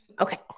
okay